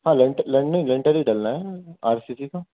ہاں لینٹر ہی ڈلنا ہے آر سی سی کا